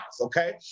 okay